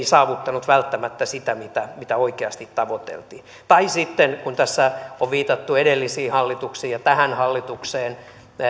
saavuttanut välttämättä sitä mitä mitä oikeasti tavoiteltiin sitten kun tässä on viitattu edellisiin hallituksiin ja tähän hallitukseen